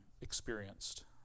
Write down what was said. experienced